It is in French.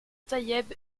taïeb